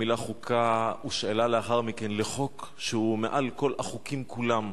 והמלה "חוקה" הושאלה לאחר מכן לחוק שהוא מעל כל החוקים כולם,